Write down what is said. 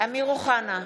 אמיר אוחנה,